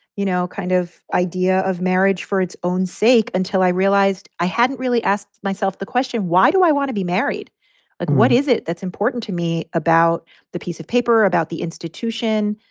you know, kind of idea of marriage for its own sake until i realized i hadn't really asked myself the question, why do i want to be married? and like what is it that's important to me about the piece of paper about the institution?